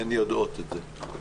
הן יודעות את זה.